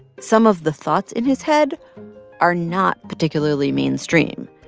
some of the thoughts in his head are not particularly mainstream,